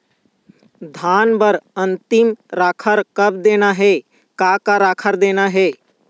धान बर अन्तिम राखर कब देना हे, का का राखर देना हे?